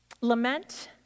Lament